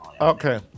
Okay